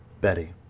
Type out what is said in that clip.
Betty